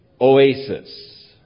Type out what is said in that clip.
oasis